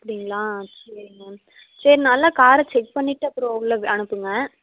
அப்படிங்களா சரிங்க சரி நல்லா காரை செக் பண்ணிவிட்டு அப்புறம் உள்ளே அனுப்புங்கள்